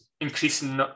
increasing